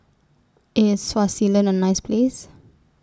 IS Swaziland A nice Place